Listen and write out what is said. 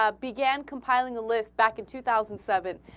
ah began compiling a list back in two thousand seven